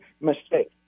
mistake